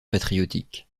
patriotique